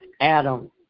Adam